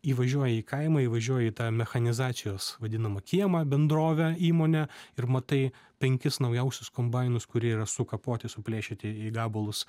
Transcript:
įvažiuoji į kaimą įvažiuoji į tą mechanizacijos vadinamą kiemą bendrovę įmonę ir matai penkis naujausius kombainus kurie yra sukapoti suplėšyti į gabalus